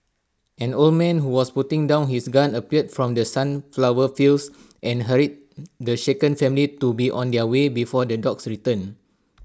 an old man who was putting down his gun appeared from the sunflower fields and hurried the shaken family to be on their way before the dogs return